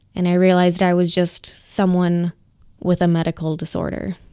and i realized i was just someone with a medical disorder,